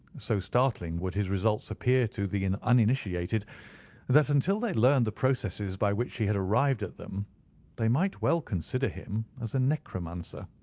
so startling would his results appear to the and uninitiated that until they learned the processes by which he had arrived at them they might well consider him as a necromancer.